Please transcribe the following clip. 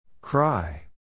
Cry